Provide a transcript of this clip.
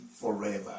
forever